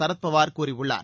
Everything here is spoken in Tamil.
சரத் பவார் கூறியுள்ளார்